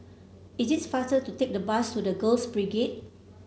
it is faster to take the bus to The Girls Brigade